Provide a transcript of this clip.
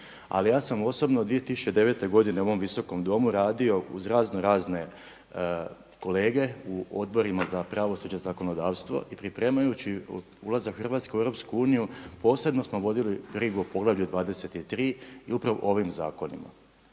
Ali ja sam osobno 2009. godine u ovom Visokom domu radio uz razno razne kolege u odborima za pravosuđe i zakonodavstvo i pripremajući ulazak Hrvatske u EU, posebno smo voditi brigu o poglavlju 23 i upravo o ovom zakonima,